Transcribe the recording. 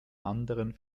anderen